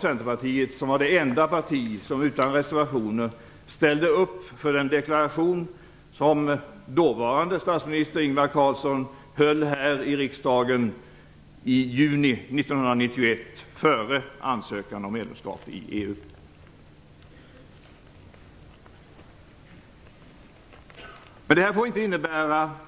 Centerpartiet var det enda parti som utan reservationer ställde upp för den deklaration som statsminister Ingvar Carlsson gjorde i riksdagen i juni 1991 före ansökan om medlemskap i EU.